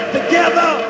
together